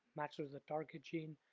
matches the target gene,